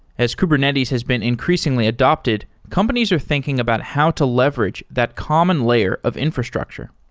as kubernetes has been increasingly adapted, companies are thinking about how to leverage that common layer of infrastructure.